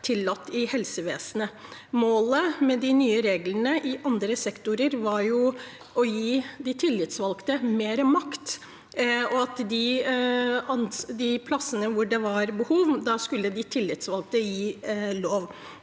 i helsevesenet. Målet med de nye reglene i andre sektorer var jo å gi de tillitsvalgte mer makt, og at på de plassene det var behov, skulle de tillitsvalgte gi lov.